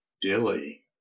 Dilly